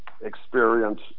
experience